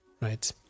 right